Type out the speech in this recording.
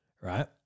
right